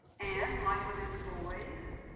and like with employees,